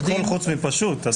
פשוט.